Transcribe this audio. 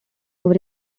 over